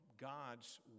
God's